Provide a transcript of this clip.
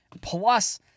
plus